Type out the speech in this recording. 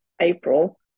April